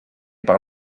par